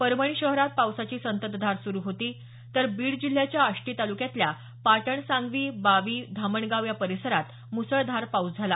परभणी शहरात पावसाची संततधार सुरु होती तर बीड जिल्ह्याच्या आष्टी तालुक्यातल्या पाटणसांगवी बावी धामणगाव या परिसरात मुसळधार पाऊस झाला